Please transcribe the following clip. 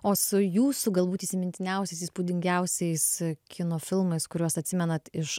o su jūsų galbūt įsimintiniausiais įspūdingiausiais kino filmais kuriuos atsimenat iš